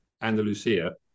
Andalusia